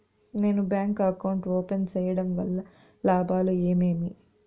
నేను bank account open సేయడం వల్ల లాభాలు ఏమేమి?